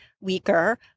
weaker